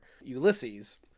Ulysses